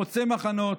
חוצה מחנות.